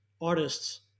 artists